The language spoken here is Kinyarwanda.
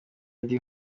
ndi